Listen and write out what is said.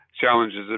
challenges